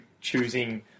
choosing